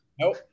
Nope